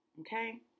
Okay